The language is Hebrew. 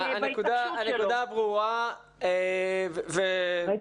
אז צריך ללכת לכיוון הזה,